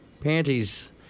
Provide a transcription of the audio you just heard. panties